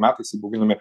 metais įbauginami